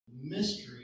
Mystery